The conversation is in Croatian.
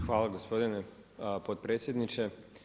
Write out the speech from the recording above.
Hvala gospodine potpredsjedniče.